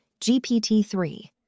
GPT-3